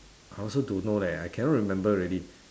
I also don't know leh I cannot remember already